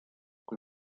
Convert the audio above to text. kui